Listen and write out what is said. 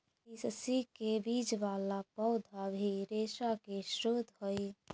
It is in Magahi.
तिस्सी के बीज वाला पौधा भी रेशा के स्रोत हई